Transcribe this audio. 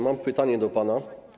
Mam pytanie do pana.